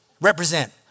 represent